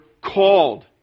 called